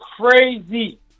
crazy